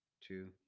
two